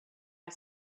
had